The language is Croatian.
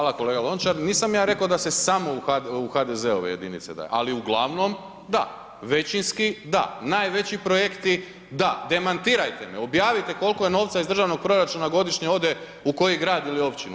Hvala kolega Lončar, nisam ja rekao da se samo u HDZ-ove jedinice daje, ali uglavnom da, većinski da, najveći projekti da, demantirajte me, objavite kolko je novca iz državnog proračuna godišnje ode u koji grad i općinu.